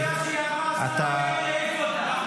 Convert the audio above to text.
אם זה מה שהיא אמרה, למה יאיר העיף אותה?